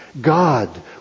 God